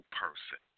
person